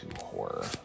horror